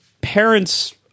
parents